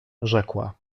rzekła